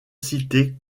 cité